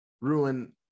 ruin